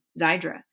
Zydra